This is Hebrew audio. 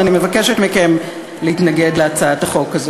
אני מבקשת מכם להתנגד להצעת החוק הזאת.